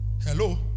Hello